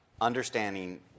understanding